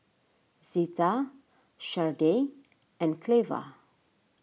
Zita Shardae and Cleva